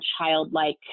childlike